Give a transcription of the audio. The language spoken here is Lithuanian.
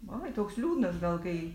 ai toks liūdnas gal kai